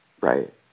right